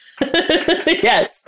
Yes